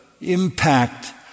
impact